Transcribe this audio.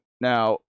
Now